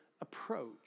approach